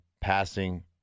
passing